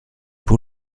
pour